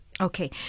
Okay